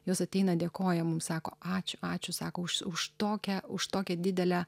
jos ateina dėkoja mums sako ačiū ačiū sako už už tokią už tokią didelę